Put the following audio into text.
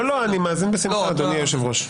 אני מאזין בשמחה, אדוני היושב-ראש.